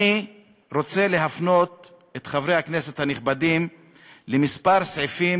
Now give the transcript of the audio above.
אני רוצה להפנות את חברי הכנסת הנכבדים לכמה סעיפים